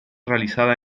realizada